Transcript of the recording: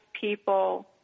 people